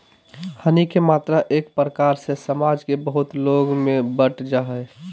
हानि के मात्रा एक प्रकार से समाज के बहुत लोग में बंट जा हइ